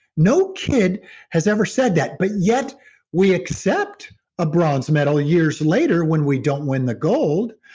no kid has ever said that, but yet we accept a bronze medal years later when we don't win the gold,